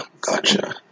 Gotcha